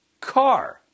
car